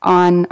on